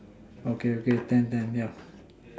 okay okay ten ten yeah